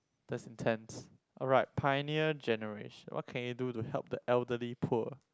that's intense alright pioneer generation what can you do to help the elderly poor